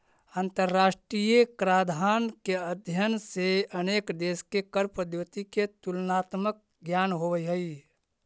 अंतरराष्ट्रीय कराधान के अध्ययन से अनेक देश के कर पद्धति के तुलनात्मक ज्ञान होवऽ हई